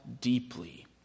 deeply